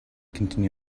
continue